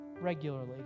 regularly